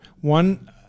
one